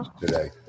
today